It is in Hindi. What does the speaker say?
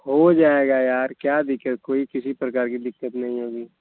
हो जायेगा यार क्या दिक्कत कोई किसी प्रकार कि दिक्कत नहीं होगी